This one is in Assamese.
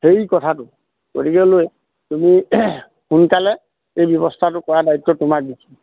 সেই কথাটো গতিকেলৈ তুমি সোনকালে এই ব্যৱস্থাটো কৰা দায়িত্ব তোমাক দিছো